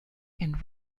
and